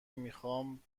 میخوام